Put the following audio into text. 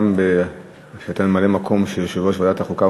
גם על זה שאתה ממלא-מקום של יושב-ראש ועדת החוקה,